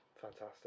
fantastic